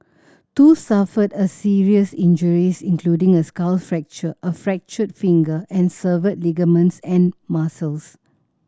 two suffered a serious injuries including a skull fracture a fractured finger and severed ligaments and muscles